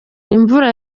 imvura